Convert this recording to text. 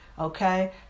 Okay